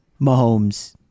Mahomes